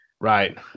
Right